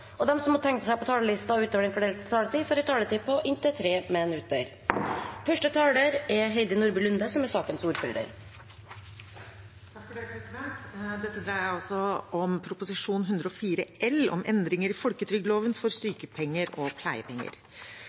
og de som måtte tegne seg på talerlisten utover den fordelte taletid, får også en taletid på inntil 3 minutter. Dette dreier seg om Prop. 104 L for 2020–2021, om endringer i folketrygdloven for sykepenger og pleiepenger. Formålet med de foreslåtte endringene i folketrygdloven er i hovedsak å sørge for